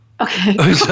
Okay